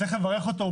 צריך לברך אותו,